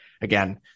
again